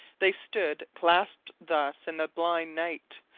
they stood clasped thus in the blind night,